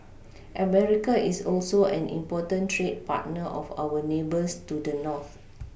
America is also an important trade partner of our neighbours to the North